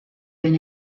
been